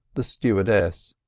the stewardess,